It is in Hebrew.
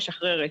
משחררת.